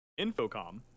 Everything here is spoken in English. Infocom